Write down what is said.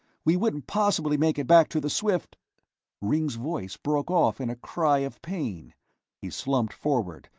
we couldn't possibly make it back to the swift ringg's voice broke off in a cry of pain he slumped forward,